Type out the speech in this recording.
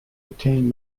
obtain